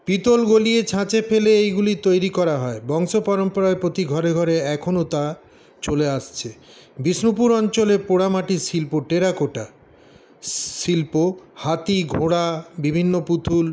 পিতল গলিয়ে ছাঁচে ফেলে এইগুলি তৈরি করা হয় বংশপরম্পরায় প্রতি ঘরে ঘরে এখনও তা চলে আসছে বিষ্ণুপুর অঞ্চলে পোড়া মাটির শিল্প টেরাকোটা শিল্প হাতি ঘোড়া বিভিন্ন পুতুল